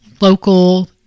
local